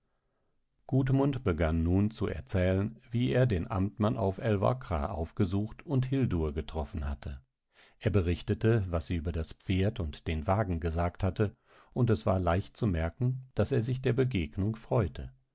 fassen gudmund begann nun zu erzählen wie er den amtmann auf älvkra aufgesucht und hildur getroffen hatte er berichtete was sie über das pferd und den wagen gesagt hatte und es war leicht zu merken daß er sich der begegnung freute